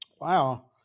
wow